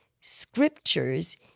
scriptures